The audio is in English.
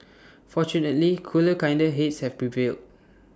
fortunately cooler kinder heads have prevailed